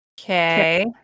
Okay